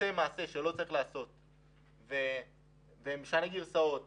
מעשה שלא צריך להיעשות, משנה גרסאות